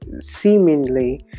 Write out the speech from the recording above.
seemingly